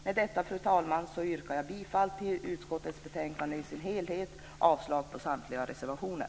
Med detta, fru talman, yrkar jag bifall till hemställan i utskottets betänkande i dess helhet och avslag på samtliga reservationer.